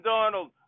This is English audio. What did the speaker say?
Donald